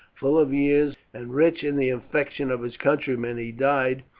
full of years and rich in the affection of his countrymen, he died,